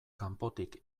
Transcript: kanpotik